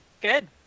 Good